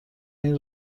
این